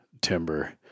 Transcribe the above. timber